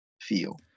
feel